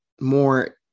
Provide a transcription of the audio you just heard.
more